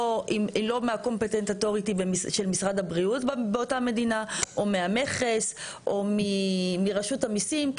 לא --- של משרד הבריאות באותה מדינה או מהמכס או מרשות המיסים,